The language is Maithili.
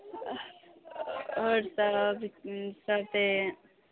हर तरह